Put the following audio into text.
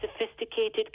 sophisticated